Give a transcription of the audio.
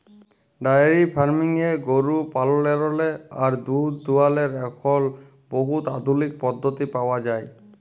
diary ফার্মিংয়ে গরু পাললেরলে আর দুহুদ দুয়ালর এখল বহুত আধুলিক পদ্ধতি পাউয়া যায়